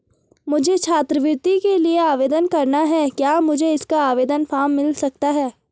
मुझे छात्रवृत्ति के लिए आवेदन करना है क्या मुझे इसका आवेदन फॉर्म मिल सकता है?